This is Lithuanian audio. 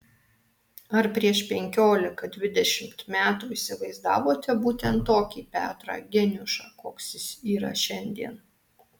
ar prieš penkiolika dvidešimt metų įsivaizdavote būtent tokį petrą geniušą koks jis yra šiandien